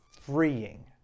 freeing